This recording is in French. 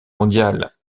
mondiale